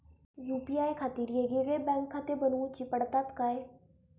UPI खातीर येगयेगळे बँकखाते बनऊची पडतात काय?